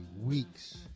weeks